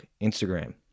Instagram